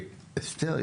אסתר,